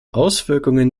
auswirkungen